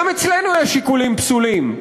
גם אצלנו יש שיקולים פסולים,